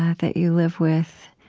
that you live with,